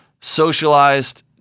socialized